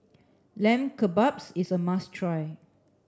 Lamb Kebabs is a must try